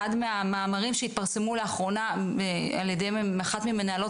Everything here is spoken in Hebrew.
באחד מהמאמרים שהתפרסמו לאחרונה על ידי אחת ממנהלות